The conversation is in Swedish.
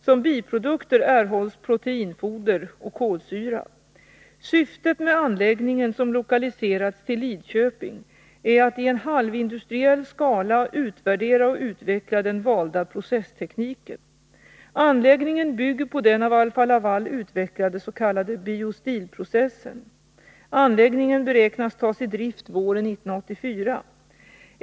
Som biprodukter erhålls proteinfoder och kolsyra. Syftet med anläggningen, som lokaliserats till Lidköping, är att i en halvindustriell skala utvärdera och utveckla den valda processtekniken. Anläggningen bygger på den av Alfa-Laval utvecklade s.k. Biostil-processen. Anläggningen beräknas tas i drift våren 1984.